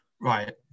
Right